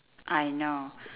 I know